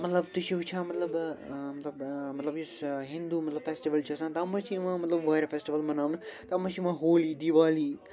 مطلب تُہۍ چھِو وُچھان مطلب آ مطلب آ مطلب یُس ہِنٛدو مطلب فٮیسٹٕول چھُ آسان تتھ منٛز چھِ یِوان مطلب وارِیاہ فیسٹٕول مناونہٕ تتھ منٛز چھِ یِوان ہولی دیوالی